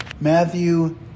Matthew